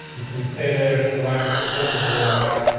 and can stay there blank. it doesn't really matter.